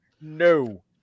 no